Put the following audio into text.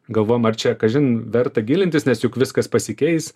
galvojam ar čia kažin verta gilintis nes juk viskas pasikeis